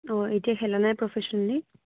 অ' এতিয়া খেলেনে প্ৰফেচনেলি